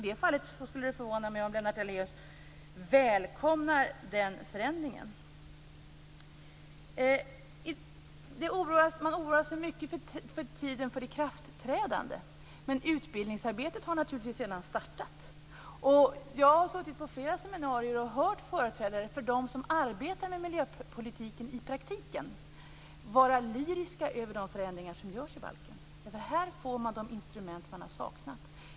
I det fallet skulle det förvåna mig om Lennart Daléus välkomnar denna förändring. Man oroar sig mycket för tiden för ikraftträdande. Men utbildningsarbetet har naturligtvis redan startat. Jag har suttit på flera seminarier och hört företrädare för dem som arbetar med miljöpolitiken i praktiken vara lyriska över de förändringar som görs i balken. Här får man de instrument som man har saknat.